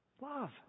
love